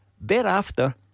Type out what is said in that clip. thereafter